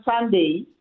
Sunday